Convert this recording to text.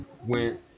went